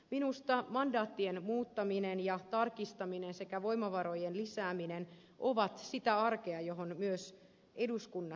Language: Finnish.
minusta mandaattien muuttaminen ja tarkistaminen sekä voimavarojen lisääminen ovat sitä arkea johon myös eduskunnassa pitäisi vastata